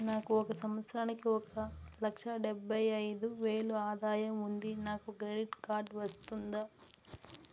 నాకు ఒక సంవత్సరానికి ఒక లక్ష డెబ్బై అయిదు వేలు ఆదాయం ఉంది నాకు క్రెడిట్ కార్డు వస్తుందా?